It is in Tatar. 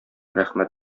рәхмәт